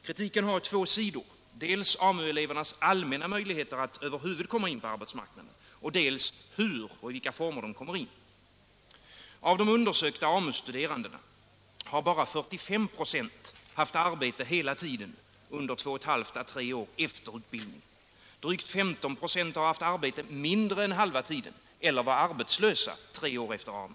Kritiken gäller två saker — dels AMU-elevernas allmänna möjligheter att över huvud taget komma in på arbetsmarknaden, dels hur och i vilka former de kommer in. Av de undersökta AMU-studerandena har bara 45 96 haft arbete hela tiden under två och ett halvt å tre år efter utbildningen. Drygt 15 96 har haft arbete mindre än halva tiden eller var arbetslösa tre år efter AMU.